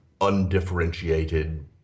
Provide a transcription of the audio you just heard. undifferentiated